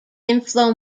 inflow